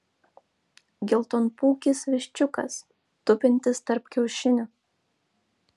geltonpūkis viščiukas tupintis tarp kiaušinių